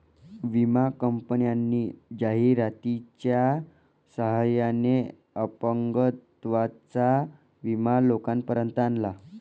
विमा कंपन्यांनी जाहिरातीच्या सहाय्याने अपंगत्वाचा विमा लोकांपर्यंत आणला